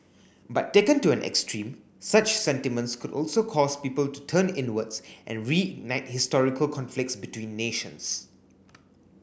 but taken to an extreme such sentiments could also cause people to turn inwards and reignite historical conflicts between nations